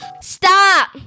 Stop